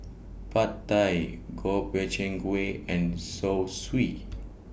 Pad Thai Gob Bey Chang Gui and Zosui